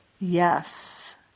yes